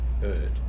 heard